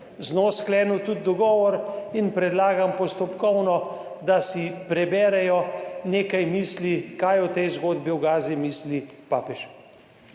njo sklenil tudi dogovor. In predlagam postopkovno, da si preberejo nekaj misli, kaj o tej zgodbi o Gazi misli papež.